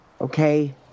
okay